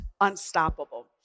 unstoppable